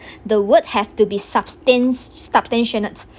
the words have to be substan~ substantial nous